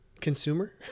Consumer